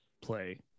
play